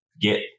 get